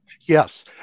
Yes